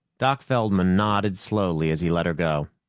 doc feldman nodded slowly as he let her go.